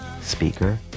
speaker